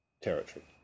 territory